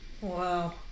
Wow